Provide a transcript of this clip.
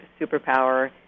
superpower